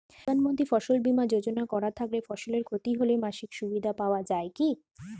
প্রধানমন্ত্রী ফসল বীমা যোজনা করা থাকলে ফসলের ক্ষতি হলে মাসিক সুবিধা পাওয়া য়ায় কি?